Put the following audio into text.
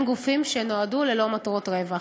בין גופים שנועדו שלא למטרות רווח.